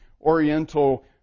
oriental